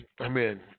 Amen